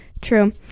True